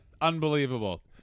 unbelievable